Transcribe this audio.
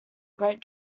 great